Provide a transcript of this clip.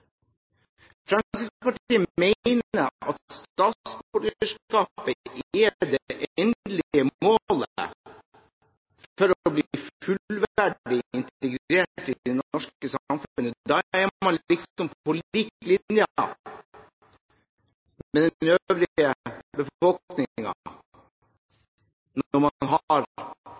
Fremskrittspartiet mener at statsborgerskapet er det endelige målet for å bli fullverdig integrert i det norske samfunnet. Man er liksom på lik linje med den øvrige befolkningen når man